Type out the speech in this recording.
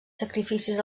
sacrificis